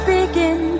begin